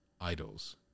idols